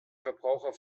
verbraucher